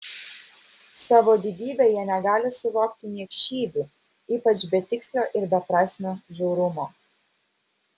savo didybe jie negali suvokti niekšybių ypač betikslio ir beprasmio žiaurumo